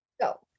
Go